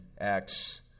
Acts